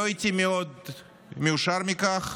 לא הייתי מאושר מאוד מכך,